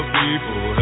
people